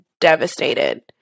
devastated